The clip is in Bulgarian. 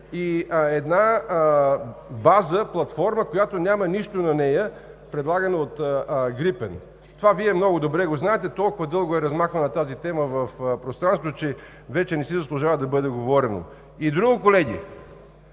и една база, платформа, на която няма нищо, предлагана от „Грипен“. Това Вие много добре го знаете. Толкова дълго е размахвана тази тема в пространството, че вече не си заслужава да бъде говорено. Колеги,